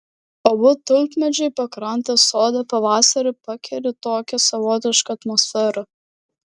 abu tulpmedžiai pakrantės sode pavasarį pakeri tokia savotiška atmosfera